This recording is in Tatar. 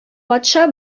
патша